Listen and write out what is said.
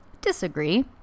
Disagree